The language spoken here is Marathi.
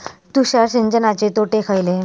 तुषार सिंचनाचे तोटे खयले?